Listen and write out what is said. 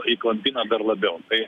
įklampina dar labiau tai